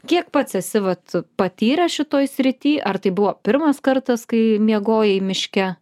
kiek pats esi vat patyręs šitoj srity ar tai buvo pirmas kartas kai miegojai miške